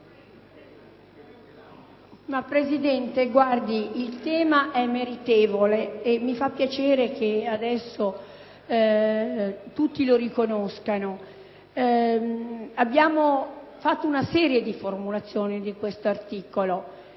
Presidente, il tema è meritevole e mi fa piacere che adesso tutti lo riconoscano. Abbiamo fatto una serie di formulazioni di questo